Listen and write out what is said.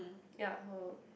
ya at home